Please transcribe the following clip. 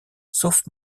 sauf